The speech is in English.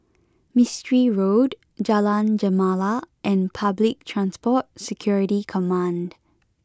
Mistri Road Jalan Gemala and Public Transport Security Command